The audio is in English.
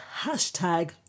hashtag